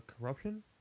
corruption